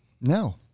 No